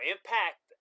Impact